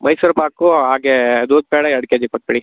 ಮೈಸೂರು ಪಾಕು ಹಾಗೆ ದೂದ್ ಪೇಡ ಎರಡು ಕೆಜಿ ಕೊಟ್ಟುಬಿಡಿ